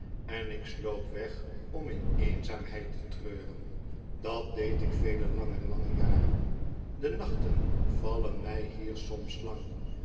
en ik sloop weg om in eenzaamheid te treuren dat deed ik vele lange lange jaren de nachten vallen mij hier soms lang